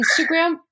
Instagram